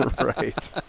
Right